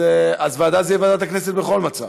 אז הוועדה, זה יהיה ועדת הכנסת, בכל מצב.